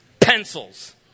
Pencils